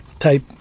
type